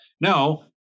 No